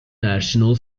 national